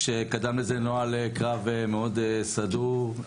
כשקדם לזה נוהל קרב סדור מאוד,